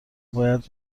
باید